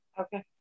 okay